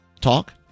talk